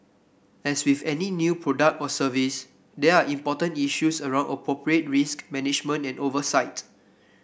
as with any new product or service there are important issues around appropriate risk management and oversight